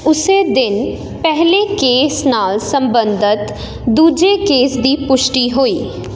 ਉਸੇ ਦਿਨ ਪਹਿਲੇ ਕੇਸ ਨਾਲ ਸਬੰਧਤ ਦੂਜੇ ਕੇਸ ਦੀ ਪੁਸ਼ਟੀ ਹੋਈ